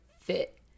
fit